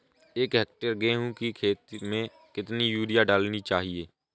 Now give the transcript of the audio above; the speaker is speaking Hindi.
एक हेक्टेयर गेहूँ की खेत में कितनी यूरिया डालनी चाहिए?